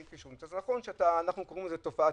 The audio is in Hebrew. אז נכון שאנחנו קוראים לזה תופעת